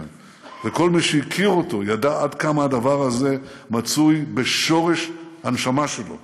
וכל מי שהכיר אותו ידע עד כמה הדבר הזה מצוי בשורש הנשמה שלו.